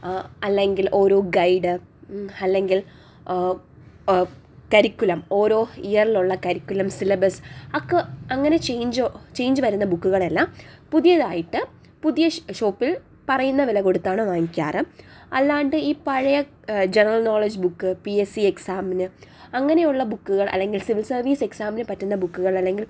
അല്ലെങ്കിൽ ഓരോ ഗൈഡ് അല്ലെങ്കിൽ കരിക്കുലം ഓരോ ഇയറിലുള്ള കരിക്കുലം സിലബസ് ഒക്കെ അങ്ങനെ ചേഞ്ചോ ചേഞ്ച് വരുന്ന ബുക്കുകളെല്ലാം പുതിയതായിട്ട് പുതിയ ഷോ ഷോപ്പിൽ പറയുന്ന വില കൊടുത്താണ് വാങ്ങിക്കാറ് അല്ലാണ്ട് ഈ പഴയ general knowledge book P S C എക്സാമിന് അങ്ങനെയുള്ള ബുക്കുകൾ അല്ലെങ്കിൽ സിവിൽ സർവീസ് എക്സാമിന് പറ്റുന്ന ബുക്കുകൾ അല്ലെങ്കിൽ